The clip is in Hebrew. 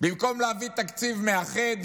במקום להביא תקציב מאחד,